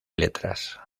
letras